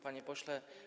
Panie Pośle!